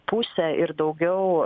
pusę ir daugiau